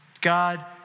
God